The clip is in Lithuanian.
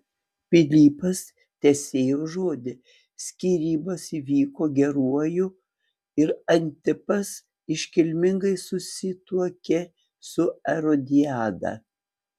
pilypas tesėjo žodį skyrybos įvyko geruoju ir antipas iškilmingai susituokė su erodiada